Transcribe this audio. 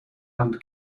and